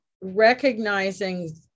recognizing